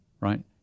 right